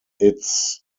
its